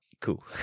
cool